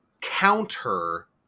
counter